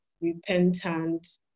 repentant